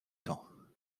temps